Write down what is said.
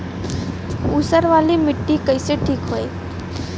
ऊसर वाली मिट्टी कईसे ठीक होई?